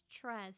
trust